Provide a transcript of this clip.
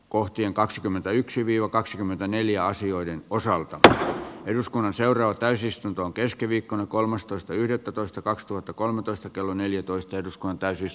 kohteen kaksikymmentäyksi viokaksikymmentäneljä asioiden osalta eduskunnan seuraa täysistuntoon keskiviikkona kolmastoista yhdettätoista kaksituhattakolmetoista kello neljätoista eduskunta ei siis